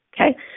Okay